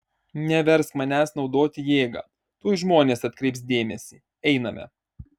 neversk manęs naudoti jėgą tuoj žmonės atkreips dėmesį einame